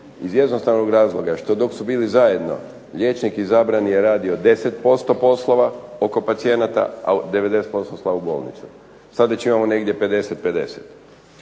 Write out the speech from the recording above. iz jednostavnog razloga, što dok su bili zajedno, liječnik izabrani je radio 10% poslova oko pacijenata a 90% slao u bolnicu. Sada već imamo negdje 50:50.